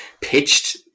pitched